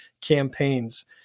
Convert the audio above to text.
campaigns